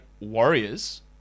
Warriors